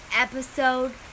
episode